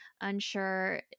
unsure